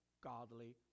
godly